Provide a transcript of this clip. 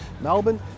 Melbourne